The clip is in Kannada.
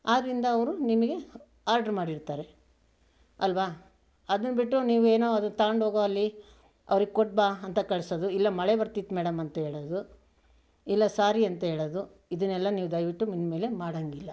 ಆದ್ರಿಂದ ಅವರು ನಿಮಗೆ ಆರ್ಡ್ರು ಮಾಡಿರ್ತಾರೆ ಅಲ್ವಾ ಅದನ್ನು ಬಿಟ್ಟು ನೀವೇನೋ ಅದನ್ನು ತೊಗೊಂಡು ಹೋಗೋ ಅಲ್ಲಿ ಅವರಿಗೆ ಕೊಟ್ಟು ಬಾ ಅಂತ ಕಳಿಸೋದು ಇಲ್ಲ ಮಳೆ ಬರ್ತಿತ್ತು ಮೇಡಮ್ ಅಂತ ಹೇಳೋದು ಇಲ್ಲ ಸಾರಿ ಅಂತ ಹೇಳೋದು ಇದನ್ನೆಲ್ಲ ನೀವು ದಯವಿಟ್ಟು ಇನ್ಮೇಲೆ ಮಾಡೋಂಗಿಲ್ಲ